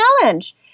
challenge